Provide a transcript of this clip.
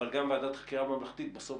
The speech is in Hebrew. אבל גם ועדת חקירה ממלכתית בסוף,